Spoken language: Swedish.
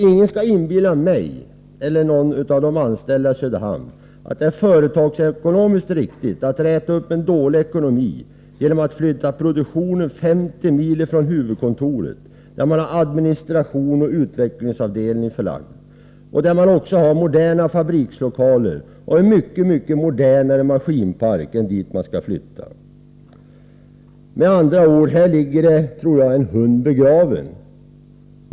Ingen skall inbilla mig eller någon av de anställda i Söderhamn att det är företagsekonomiskt riktigt att räta upp en dålig ekonomi genom att flytta produktionen 50 mil från huvudkontoret, där administration och utvecklingsavdelning är förlagda och där man också har moderna fabrikslokaler och en mycket modernare maskinpark än på den plats som man skall flytta till. Med andra ord: här ligger en hund begraven.